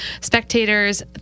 spectators